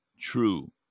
true